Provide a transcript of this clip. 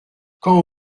quand